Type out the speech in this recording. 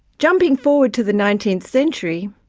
jumping forward to the nineteenth century,